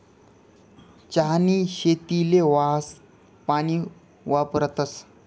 चहानी शेतीले वाहतं पानी वापरतस